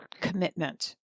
commitment